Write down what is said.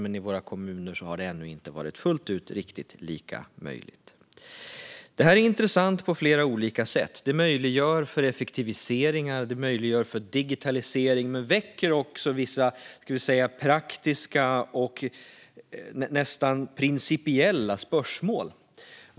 I våra kommuner har det dock ännu inte fullt ut varit riktigt lika möjligt. Det här är intressant på flera olika sätt. Det möjliggör effektiviseringar och digitalisering, men det väcker också vissa praktiska och närmast principiella spörsmål.